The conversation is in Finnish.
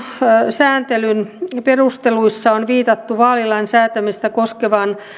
sääntelyn perusteluissa on viitattu vaalilain säätämistä koskevaan